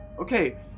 okay